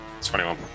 21